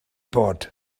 bod